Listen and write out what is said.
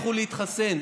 לכו להתחסן.